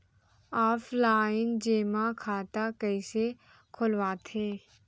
Offline जेमा खाता कइसे खोलवाथे?